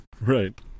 Right